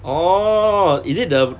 orh is it the